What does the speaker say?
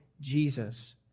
Jesus